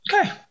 Okay